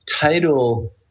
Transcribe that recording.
title